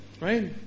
Right